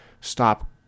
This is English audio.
stop